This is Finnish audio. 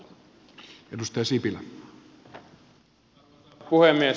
arvoisa puhemies